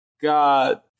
God